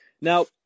Now